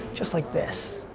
just like this.